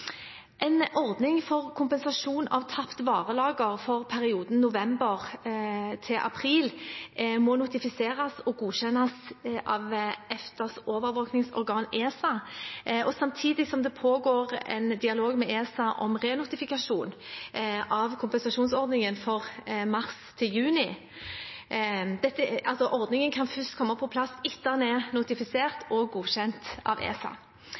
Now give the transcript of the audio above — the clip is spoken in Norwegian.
En ordning for kompensasjon av tapt varelager for perioden november–april må notifiseres og godkjennes av EFTAs overvåkningsorgan ESA, samtidig som det pågår en dialog med ESA om renotifikasjon av kompensasjonsordningen for mars–juni. Ordningen kan altså først komme på plass etter at den er notifisert og godkjent av ESA.